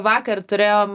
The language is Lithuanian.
vakar turėjom